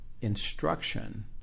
instruction